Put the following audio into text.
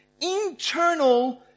internal